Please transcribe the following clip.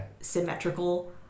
symmetrical